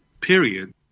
period